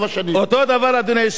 אותו דבר, אדוני היושב-ראש.